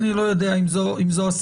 אני לא יודע אם זאת הסיבה.